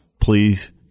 please